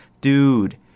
dude